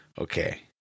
okay